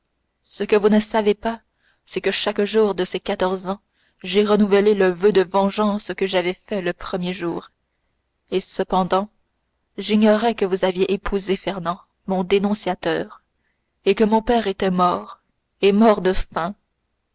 ce que vous ne savez pas c'est que chaque jour de ces quatorze ans j'ai renouvelé le voeu de vengeance que j'avais fait le premier jour et cependant j'ignorais que vous aviez épousé fernand mon dénonciateur et que mon père était mort et mort de faim